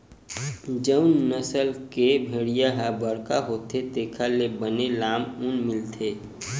जउन नसल के भेड़िया ह बड़का होथे तेखर ले बने लाम ऊन मिलथे